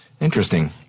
Interesting